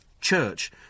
church